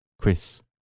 Chris